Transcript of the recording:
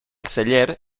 celler